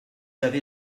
avez